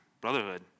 brotherhood